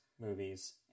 movies